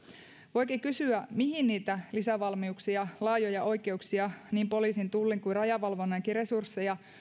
voikin kysyä mihin niitä lisävalmiuksia laajoja oikeuksia niin poliisin tullin kuin rajavalvonnankin resursseja